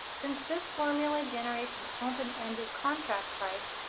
since this formula generates an open-ended contract price,